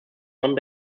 one